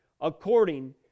according